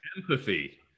Empathy